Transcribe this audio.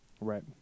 Right